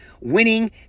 winning